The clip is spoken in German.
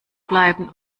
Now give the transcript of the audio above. bleiben